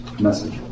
message